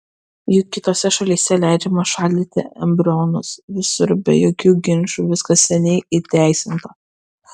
juk kitose šalyse leidžiama šaldyti embrionus visur be jokių ginčų viskas seniai įteisinta